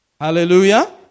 Hallelujah